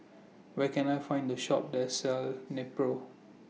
Where Can I Find A Shop that sells Nepro